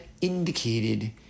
indicated